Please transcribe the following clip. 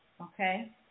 okay